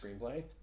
screenplay